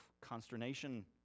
consternation